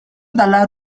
dalla